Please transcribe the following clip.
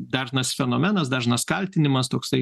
dažnas fenomenas dažnas kaltinimas toksai